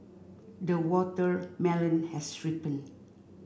the watermelon has ripened